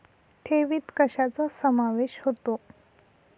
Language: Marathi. ठेवीत कशाचा समावेश होतो?